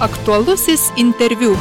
aktualusis interviu